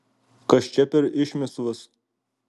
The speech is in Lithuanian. kas čia per išmislas